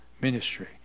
ministry